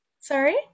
Sorry